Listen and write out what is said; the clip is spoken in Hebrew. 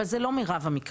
אבל זה לא מירב המקרים.